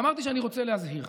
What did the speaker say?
ואמרתי שאני רוצה להזהיר,